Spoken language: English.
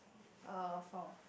uh four